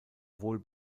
wohl